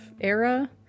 era